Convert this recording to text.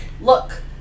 Look